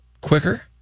quicker